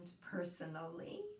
personally